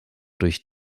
durch